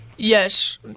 Yes